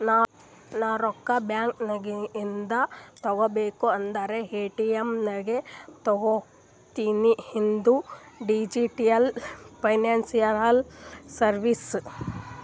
ನಾ ರೊಕ್ಕಾ ಬ್ಯಾಂಕ್ ನಾಗಿಂದ್ ತಗೋಬೇಕ ಅಂದುರ್ ಎ.ಟಿ.ಎಮ್ ನಾಗೆ ತಕ್ಕೋತಿನಿ ಇದು ಡಿಜಿಟಲ್ ಫೈನಾನ್ಸಿಯಲ್ ಸರ್ವೀಸ್